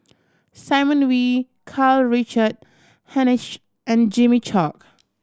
Simon Wee Karl Richard Hanitsch and Jimmy Chok